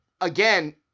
again